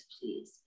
please